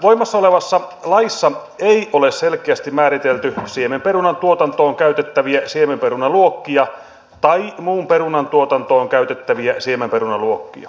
voimassa olevassa laissa ei ole selkeästi määritelty siemenperunan tuotantoon käytettäviä siemenperunaluokkia tai muun perunan tuotantoon käytettäviä siemenperunaluokkia